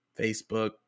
Facebook